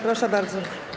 Proszę bardzo.